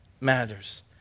matters